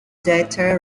deter